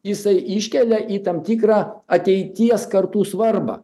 jisai iškelia į tam tikrą ateities kartų svarbą